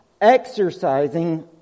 Exercising